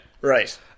right